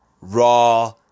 Raw